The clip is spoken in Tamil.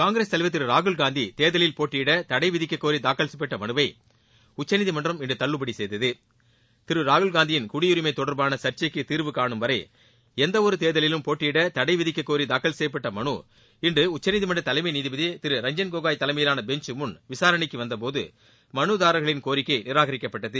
காங்கிரஸ் தலைவர் திரு ராகுல் காந்தி தேர்தலில் போட்டியிட தடை விதிக்ககோரி தாக்கல் செய்யப்பட்ட மனுவை உச்சநீதிமன்றம் இன்று தள்ளுபடி செய்தது திரு ராகுல் காந்தியின் குடியுரிமை தொடர்பாள சர்ச்சைக்கு தீர்வுகாஹம் வரை எந்த ஒரு தேர்தலிலும் போட்டியிட தடை விதிக்க கோரி தூக்கல் செய்யப்பட்ட மனு இன்று உச்சநீதிமன்ற தலைமை நீதிபதி திரு ரஞ்சள் கோகாய் தலைமையிலான பெஞ்ச் முன் விசாரணைக்கு வந்த போது மனுதாராகளின் கோரிக்கை நிராகரிக்கப்பட்டது